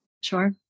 Sure